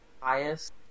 highest